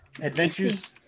Adventures